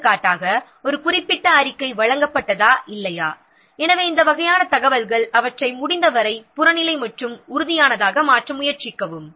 எடுத்துக்காட்டாக ஒரு குறிப்பிட்ட அறிக்கை வழங்கப்பட்டதா இல்லையா எனவே இந்த வகையான தகவல்கள் அவற்றை முடிந்தவரை புறநிலை மற்றும் உறுதியானதாக மாற்ற முயற்சிக்கவும்